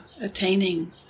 attaining